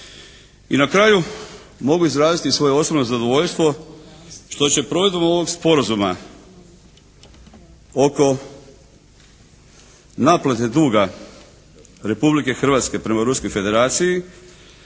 I na kraju mogu izraziti svoje osobno zadovoljstvo što će provedbom ovog sporazuma oko naplate duga Republike Hrvatske prema Ruskoj federaciji,